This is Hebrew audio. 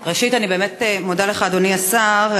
ראשית, אני באמת מודה לך, אדוני השר.